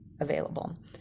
available